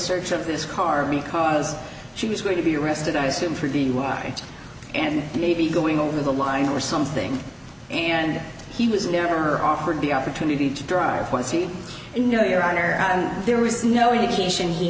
search of this car because she was going to be arrested i assume for dui and maybe going over the line or something and he was never offered the opportunity to drive one to see him no your honor there was no indication he